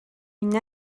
une